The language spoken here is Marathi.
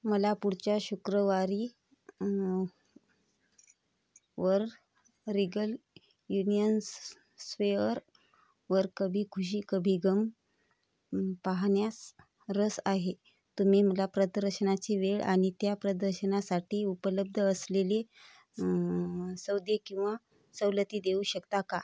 मला पुढच्या शुक्रवारी वर रिगल युनियन स् स्वेअरवर कभी खुशी कभी गम पाहण्यास रस आहे तुम्ही मला प्रदर्शनाची वेळ आणि त्या प्रदर्शनासाठी उपलब्ध असलेली सौदे किंवा सवलती देऊ शकता का